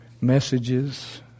messages